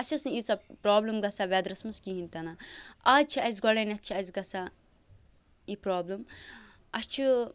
اَسہِ ٲس نہٕ ییٖژاہ پرٛابلِم گَژھان وٮ۪درَس منٛز کِہیٖنۍ تہِ نہٕ اَز چھِ اَسہِ گۄڈنٮ۪تھ چھِ اَسہِ گژھان یہِ پرٛابلِم اَسہِ چھُ